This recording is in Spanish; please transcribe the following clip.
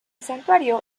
santuario